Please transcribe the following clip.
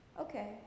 Okay